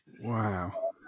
wow